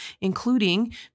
including